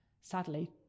sadly